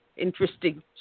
Interesting